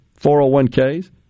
401ks